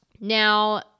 Now